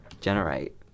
Generate